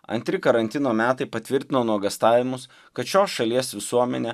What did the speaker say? antri karantino metai patvirtino nuogąstavimus kad šios šalies visuomenę